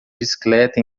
bicicleta